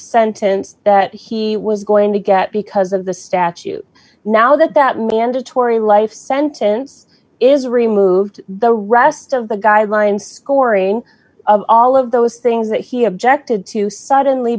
sentence that he was going to get because of the statute now that that mandatory life sentence is removed the rest of the guidelines goring of all of those things that he objected to suddenly